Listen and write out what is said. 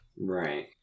Right